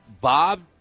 Bob